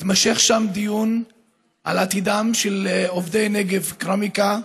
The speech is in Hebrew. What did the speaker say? מתמשך שם דיון על עתידם של עובדי נגב קרמיקה,